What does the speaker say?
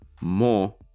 more